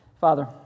Father